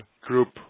group